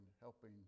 helping